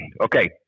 Okay